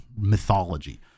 mythology